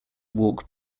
walk